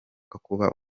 kuba